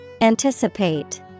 Anticipate